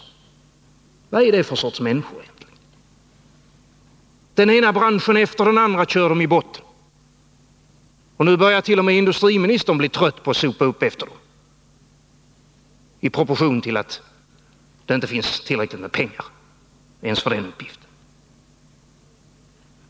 Den ena branschen efter den andra kör de i botten. Nu börjar t.o.m. industriministern, allteftersom pengarna tar slut även för den uppgiften, att bli trött på att sopa upp efter dem.